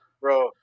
bro